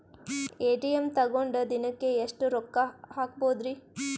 ATM ತಗೊಂಡ್ ದಿನಕ್ಕೆ ಎಷ್ಟ್ ರೊಕ್ಕ ಹಾಕ್ಬೊದ್ರಿ?